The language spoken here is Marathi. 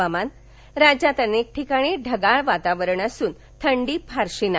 हवामान राज्यात अनेक ठिकाणी ढगाळ वातावरण असून थंडी फारशी नाही